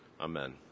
Amen